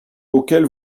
auquel